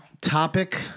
Topic